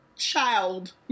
child